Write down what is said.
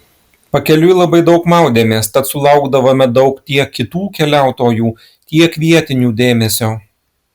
pakeliui labai daug maudėmės tad sulaukdavome daug tiek kitų keliautojų tiek vietinių dėmesio